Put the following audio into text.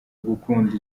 gukunda